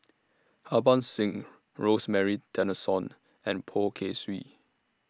Harbans Singh Rosemary Tessensohn and Poh Kay Swee